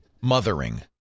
mothering